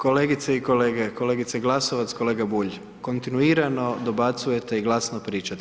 Kolegice i kolege kolegice Glasovac, kolega Bulj, kontinuirano dobacujete i glasno pričate.